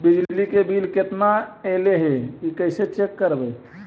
बिजली के बिल केतना ऐले हे इ कैसे चेक करबइ?